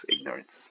ignorance